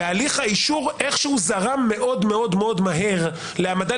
והליך האישור איכשהו זרם מאוד מאוד מהר להעמדה